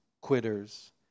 quitters